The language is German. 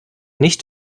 nicht